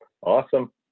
Awesome